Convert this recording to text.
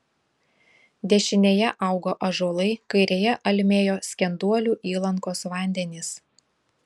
dešinėje augo ąžuolai kairėje almėjo skenduolių įlankos vandenys